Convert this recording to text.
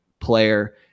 player